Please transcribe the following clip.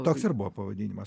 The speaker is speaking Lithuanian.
toks ir buvo pavadinimas